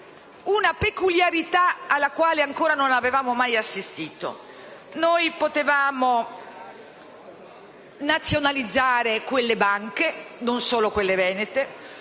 una peculiarità alla quale ancora non avevamo mai assistito. Noi potevamo nazionalizzare quelle banche, e non solo quelle venete;